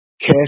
cash